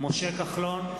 משה כחלון,